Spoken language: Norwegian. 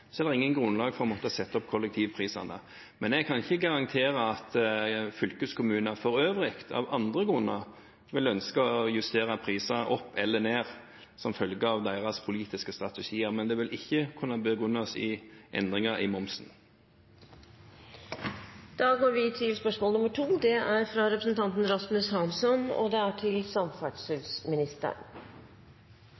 er det ikke noe grunnlag for å måtte sette opp kollektivprisene. Men jeg kan ikke garantere for om fylkeskommuner for øvrig av andre grunner vil ønske å justere priser opp eller ned, som følge av deres politiske strategier. Men det vil ikke kunne begrunnes med endringer i momsen. «I dag flyr nordmenn mest av alle i Europa, dobbelt så mye som svenskene. Mellom 2004 og